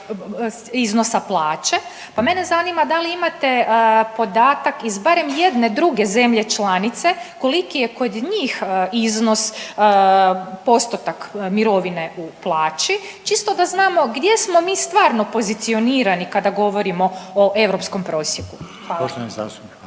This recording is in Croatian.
iznosa plaće, pa mene zanima da li imate podatak iz barem jedne druge zemlje članice koliki je kod njih iznos, postotak mirovine u plaći čisto da znamo gdje smo mi stvarno pozicionirani kada govorimo o europskom prosjeku. Hvala.